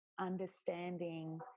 understanding